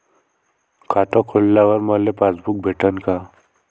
खातं खोलल्यावर मले पासबुक भेटन का?